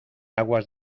aguas